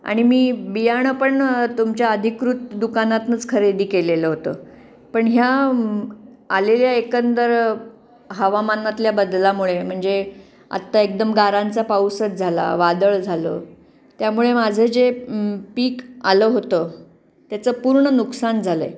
आणि मी बियाणं पण तुमच्या अधिकृत दुकानातनंच खरेदी केलेलं होतं पण ह्या आलेल्या एकंदर हवामानातल्या बदलामुळे म्हणजे आत्ता एकदम गारांचा पाऊसच झाला वादळ झालं त्यामुळे माझं जे पीक आलं होतं त्याचं पूर्ण नुकसान झालं आहे